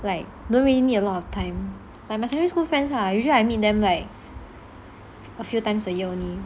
like don't really need a lot of time like my secondary school friends ah usually I meet them like a few times a year only